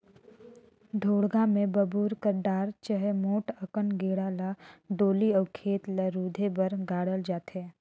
ढोड़गा मे बबूर कर डार चहे मोट अकन गेड़ा ल डोली अउ खेत ल रूधे बर गाड़ल जाथे